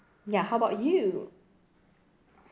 ya how about you